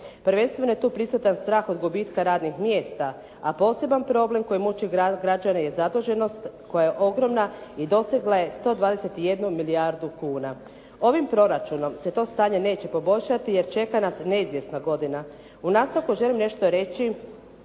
Prvenstveno je tu prisutan strah od gubitka radnih mjesta, a poseban problem koji muči građane je zaduženost koja je ogromna i dosegla je 121 milijardu kuna. Ovim proračunom se to stanje neće poboljšati jer čeka nas neizvjesna godina. U nastavku želim nešto reći